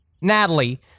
Natalie